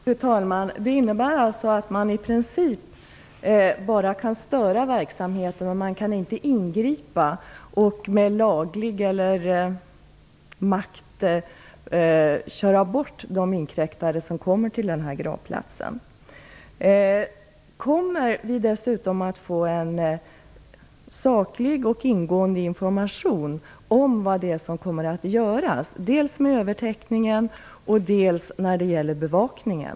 Fru talman! Det innebär alltså att man i princip bara kan störa verksamheten och inte med laglig rätt kan ingripa och köra bort de inkräktare som kommer till denna gravplats. Kommer vi att få en saklig och ingående information om vad som kommer att göras, dels med övertäckningen, dels vad gäller bevakningen.